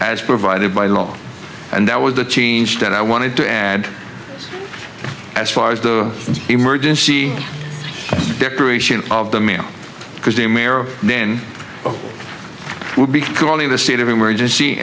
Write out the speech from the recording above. as provided by law and that was the change that i wanted to add as far as the emergency declaration of the mail because the mayor then would be calling the state of emergency